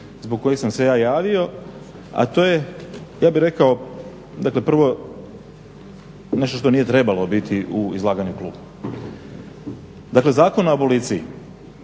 zbog kojih sam se ja javio, a to je ja bih rekao, dakle prvo, nešto što nije trebalo biti u izlaganom klubu. Dakle, Zakon o aboliciji,